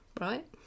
right